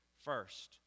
first